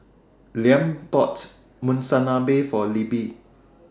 Liam bought Monsunabe For Libby